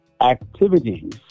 activities